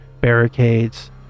barricades